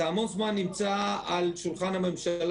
זה המון זמן נמצא על שולחן הממשלה.